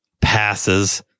Passes